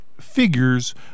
figures